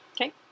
Okay